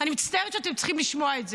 אני מצטערת שאתם צריכים לשמוע את זה,